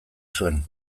zuen